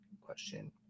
question